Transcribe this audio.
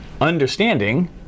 understanding